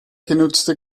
genutzte